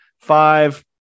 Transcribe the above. five